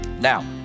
Now